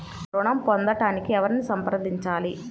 ఋణం పొందటానికి ఎవరిని సంప్రదించాలి?